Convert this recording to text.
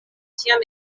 ĉiam